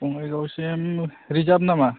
बङाइगावसिम रिजार्भ नामा